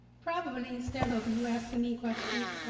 probably instead of you asking me questions,